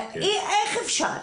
איך אפשר?